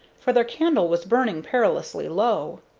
for their candle was burning perilously low.